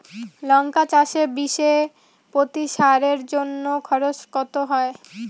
লঙ্কা চাষে বিষে প্রতি সারের জন্য খরচ কত হয়?